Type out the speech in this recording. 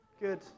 Good